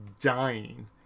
dying